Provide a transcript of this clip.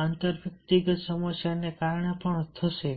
આંતર વ્યક્તિગત સમસ્યાને કારણે પણ થશે